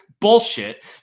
bullshit